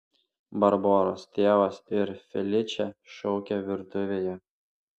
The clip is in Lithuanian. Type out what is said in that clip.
barbaros tėvas ir feličė šaukė virtuvėje